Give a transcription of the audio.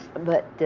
but